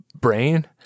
brain